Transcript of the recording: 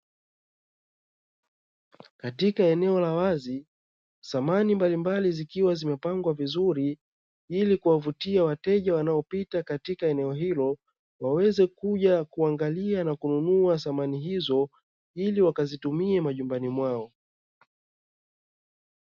Katika eneo la wazi samani mbalimbali zikiwa zimepangwa vizuri ili kuwavutia wateja wanaopita katika eneo hilo waweze kuja kuangalia na kununua samani hizo ili wakazitumie majumbani mwao.